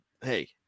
Hey